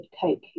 Coke